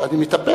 אני מתאפק.